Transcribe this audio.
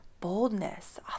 boldness